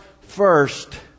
first